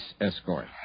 escort